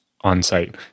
on-site